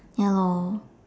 ya lor